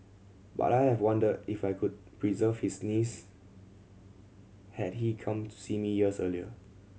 but I have wondered if I could preserved his knees had he come to see me years earlier